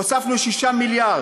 הוספנו 6 מיליארד.